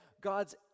God's